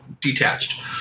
detached